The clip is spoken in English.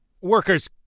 Workers